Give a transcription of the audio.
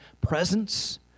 presence